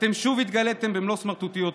אתם שוב התגליתם במלוא סמרטוטיותכם.